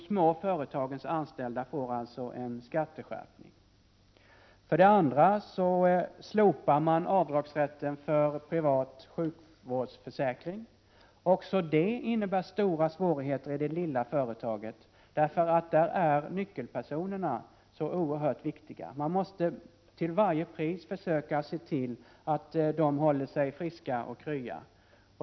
Småföretagens anställda får alltså en skatteskärpning. För det andra slopas rätten till avdrag för privata sjukförsäkringar. Också det innebär stora svårigheter i det lilla företaget, därför att nyckelpersonerna där är så oerhört viktiga. Man måste till varje pris försöka se till att anställda håller sig friska och krya.